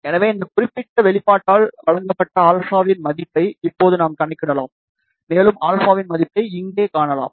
எனவே இந்த குறிப்பிட்ட வெளிப்பாட்டால் வழங்கப்பட்ட α இன் மதிப்பை இப்போது நாம் கணக்கிடலாம் மேலும் α இன் மதிப்பை இங்கே காணலாம்